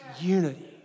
unity